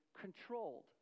controlled